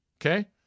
Okay